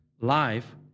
Life